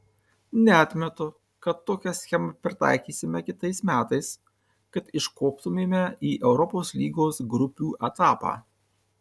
neatmetu kad tokią schemą pritaikysime kitais metais kad iškoptumėme į europos lygos grupių etapą